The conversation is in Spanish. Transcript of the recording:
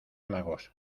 magos